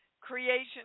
creation